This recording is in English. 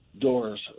doors